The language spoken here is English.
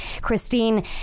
Christine